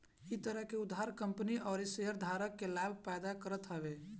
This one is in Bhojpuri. इ तरह के उधार कंपनी अउरी शेयरधारक के लाभ पैदा करत हवे